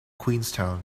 queenstown